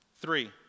Three